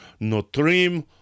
Notrim